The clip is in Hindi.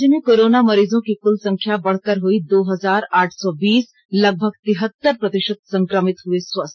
राज्य में कोरोना मरीजों की कुल संख्या बढ़कर हुई दो हजार आठ सौ बीस लगभग तिहत्तर प्रतिषत संक्रमित हए स्वस्थ